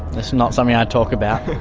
it's not something i talk about.